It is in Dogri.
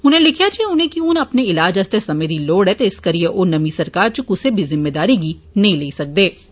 उनें लिखेआ जे उनेंगी हुन अपने इलाज आस्तै समय दी लोड़ ऐ इस करियै ओह नमीं सरकार च कुसै बी ज़िम्मेदारी गी नेंई लेई सकदे ऐन